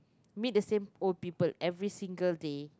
meet the same old people every single day